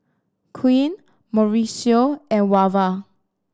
Quint Mauricio and Wava